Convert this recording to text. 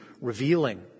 revealing